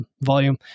volume